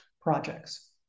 projects